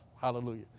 hallelujah